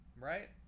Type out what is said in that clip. Right